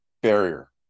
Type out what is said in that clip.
barrier